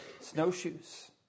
snowshoes